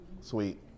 Sweet